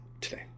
today